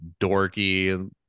dorky